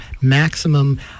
maximum